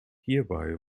hierbei